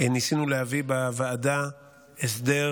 ניסינו להביא בוועדה הסדר